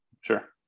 Sure